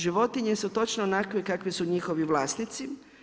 Životinje su točno onakve kakve su njihovi vlasnici.